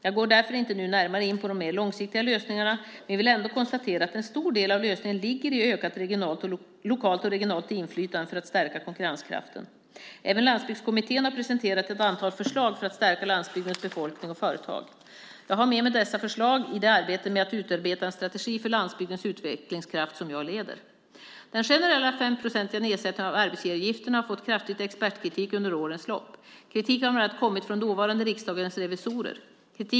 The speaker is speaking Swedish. Jag går därför inte nu närmare in på de mer långsiktiga lösningarna men vill ändå konstatera att en stor del av lösningen ligger i ökat lokalt och regionalt inflytande för att stärka konkurrenskraften. Även Landsbygdskommittén har presenterat ett antal förslag för att stärka landsbygdens befolkning och företag. Jag har med mig dessa förslag i det arbete med att utarbeta en strategi för landsbygdens utvecklingskraft som jag leder. Den generella 5-procentiga nedsättningen av arbetsgivaravgifterna har fått kraftig expertkritik under årens lopp. Kritik har bland annat kommit från dåvarande Riksdagens revisorer.